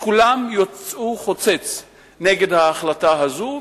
כולם יצאו חוצץ נגד ההחלטה הזאת,